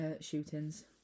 shootings